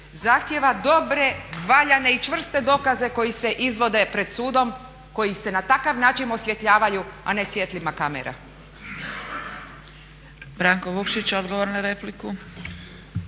Zahtjeva dobre, valjane i čvrste dokaze koji se izvode pred sudom, koji se na takav način osvjetljavaju a ne svjetlima kamera.